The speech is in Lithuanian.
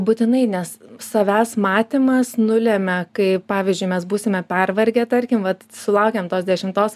būtinai nes savęs matymas nulemia kai pavyzdžiui mes būsime pervargę tarkim vat sulaukiam tos dešimtos